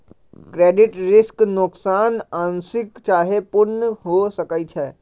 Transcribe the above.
credit risk नोकसान आंशिक चाहे पूर्ण हो सकइ छै